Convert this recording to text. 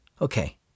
Okay